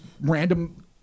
random